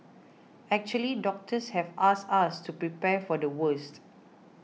actually doctors have asked us to prepare for the worst